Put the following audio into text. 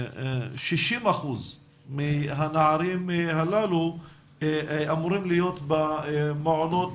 60% מהנערים הללו אמורים להיות במעונות